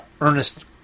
Ernest